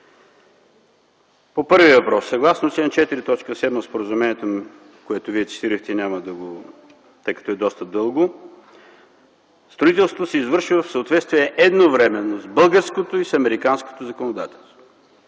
По първия въпрос: съгласно чл. 4, т. 7 от споразумението, което Вие цитирахте. Няма да го цитирам, тъй като е доста дълго. Строителството се извършва в съответствие едновременно с българското и с американското законодателство.